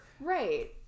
right